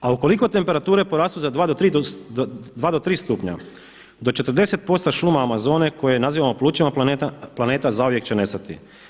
A ukoliko temperature porastu za 2 do 3̊ do 40% šuma Amazone koje nazivamo plućima planeta zauvijek će nestati.